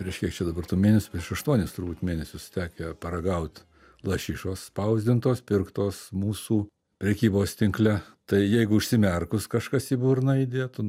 prieš kiek čia dabar tu mėnesių prieš aštuonis turbūt mėnesius tekę paragaut lašišos spausdintos pirktos mūsų prekybos tinkle tai jeigu užsimerkus kažkas į burną įdėtų